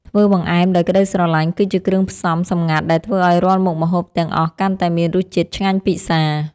ធ្វើបង្អែមដោយក្ដីស្រឡាញ់ គឺជាគ្រឿងផ្សំសម្ងាត់ដែលធ្វើឱ្យរាល់មុខម្ហូបទាំងអស់កាន់តែមានរសជាតិឆ្ងាញ់ពិសា។